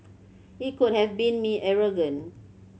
it could have made me arrogant